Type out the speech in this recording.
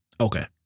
Okay